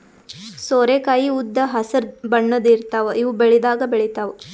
ಸೋರೆಕಾಯಿ ಉದ್ದ್ ಹಸ್ರ್ ಬಣ್ಣದ್ ಇರ್ತಾವ ಇವ್ ಬೆಳಿದಾಗ್ ಬೆಳಿತಾವ್